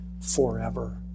forever